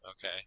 okay